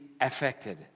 affected